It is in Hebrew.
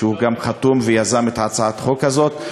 שגם הוא חתום ויזם את הצעת החוק הזאת.